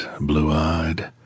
blue-eyed